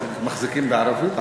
אמרתי שאתם צריכים ערוץ ערבי בעברית.